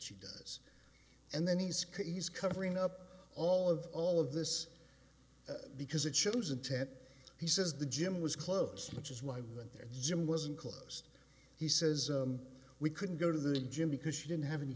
she does and then he's keys covering up all of all of this because it shows and ted he says the gym was closed which is why we went there jim wasn't closed he says we couldn't go to the gym because she didn't have any